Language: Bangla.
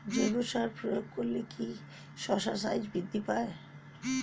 জৈব সার প্রয়োগ করলে কি শশার সাইজ বৃদ্ধি পায়?